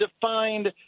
defined